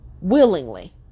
willingly